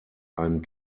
einen